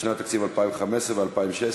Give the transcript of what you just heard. לשנות התקציב 2015 ו-2016).